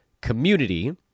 community